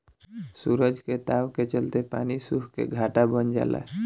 सूरज के ताव के चलते पानी सुख के घाटा बन जाला